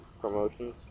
promotions